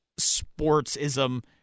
sportsism